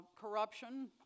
corruption